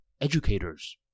educators